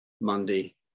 Monday